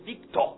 victor